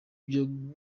byo